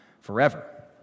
forever